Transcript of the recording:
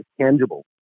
tangible